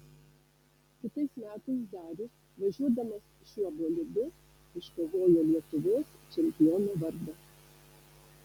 kitais metais darius važiuodamas šiuo bolidu iškovojo lietuvos čempiono vardą